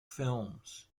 films